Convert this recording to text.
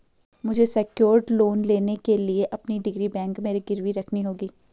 मुझे secured loan लेने के लिए अपनी डिग्री बैंक को गिरवी रखनी होगी